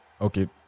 Okay